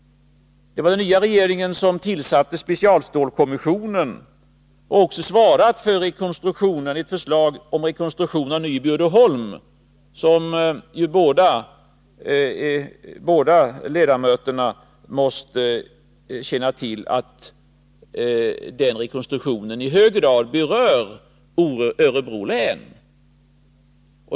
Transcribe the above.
Det var den nya regeringen som tillsatte specialstålskommissionen och som lade fram ett förslag till rekonstruktion av Nyby Uddeholm. Båda ledamöterna måste känna till att den rekonstruktionen i hög grad berör Örebro län.